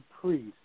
priest